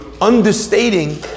understating